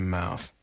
mouth